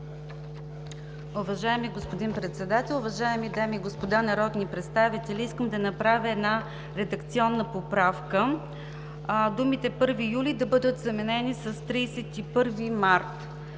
Уважаеми господин Председател, уважаеми дами и господа народни представители! Искам да направя една редакционна поправка – думите „1 юли“ да бъдат заменени с „31 март“.